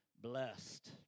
blessed